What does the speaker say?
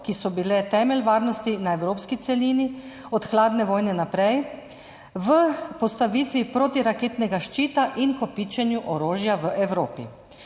ki so bile temelj varnosti na evropski celini od hladne vojne naprej, v postavitvi protiraketnega ščita in kopičenju orožja v Evropi.